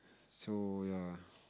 so ya